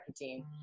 team